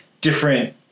different